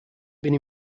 been